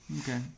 Okay